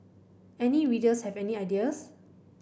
any readers have any ideas